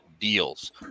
deals